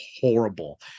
horrible